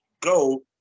Go